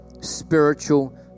spiritual